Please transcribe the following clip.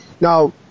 now